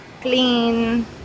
clean